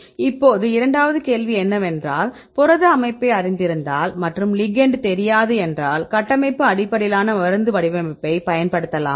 இப்போது இரண்டாவது கேள்வி என்னவென்றால் புரத அமைப்பை அறிந்திருந்தால் மற்றும் லிகெெண்ட் தெரியாது என்றால் கட்டமைப்பு அடிப்படையிலான மருந்து வடிவமைப்பைப் பயன்படுத்தலாமா